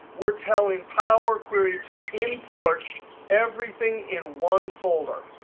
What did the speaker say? we're telling power query to import everything in one folder.